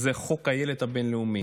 זה חוק הילד הבין-לאומי.